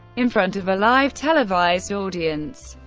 in front of a live, televised audience,